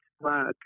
work